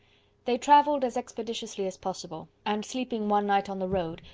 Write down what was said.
they travelled as expeditiously as possible, and, sleeping one night on the road,